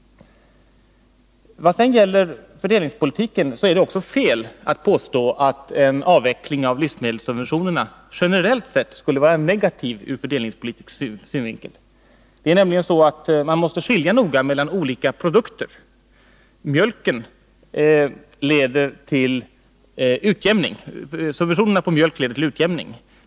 Vad sedan gäller fördelningspolitiken är det också fel att påstå att en avveckling av livsmedelssubventionerna generellt sett skulle vara negativ ur fördelningspolitisk synvinkel. Man måste nämligen noga skilja mellan olika produkter. Subventioner på mjölk leder till utjämning.